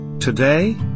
Today